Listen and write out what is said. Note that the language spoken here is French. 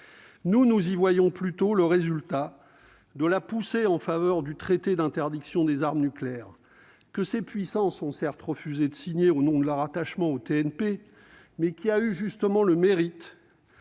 Nous y voyons plutôt le résultat de la poussée en faveur du traité sur l'interdiction des armes nucléaires, que ces puissances ont certes refusé de signer au nom de leur attachement au TNP, mais qui a le mérite